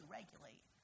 regulate